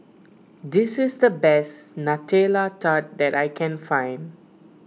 this is the best Nutella Tart that I can find